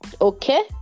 Okay